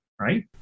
Right